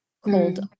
called